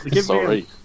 Sorry